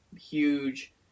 huge